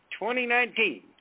2019